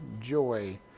joy